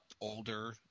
older